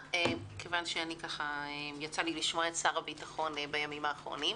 מכיוון שיצא לי לשמוע את שר הביטחון בימים האחרונים,